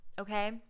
okay